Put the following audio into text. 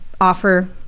offer